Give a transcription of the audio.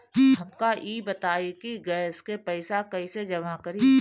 हमका ई बताई कि गैस के पइसा कईसे जमा करी?